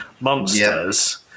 monsters